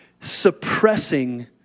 suppressing